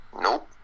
Nope